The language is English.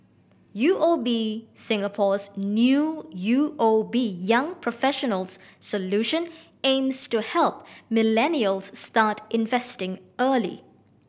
U O B Singapore's new U O B Young Professionals Solution aims to help millennials start investing early